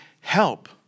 help